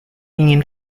ingin